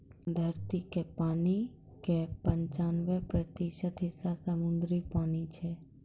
धरती के पानी के पंचानवे प्रतिशत हिस्सा समुद्री पानी छै